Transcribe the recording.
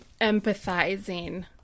empathizing